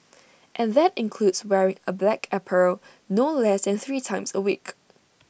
and that includes wearing A black apparel no less than three times A week